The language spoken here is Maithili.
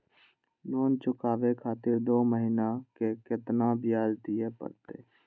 लोन चुकाबे खातिर दो महीना के केतना ब्याज दिये परतें?